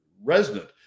resident